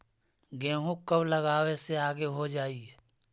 गेहूं कब लगावे से आगे हो जाई?